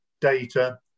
data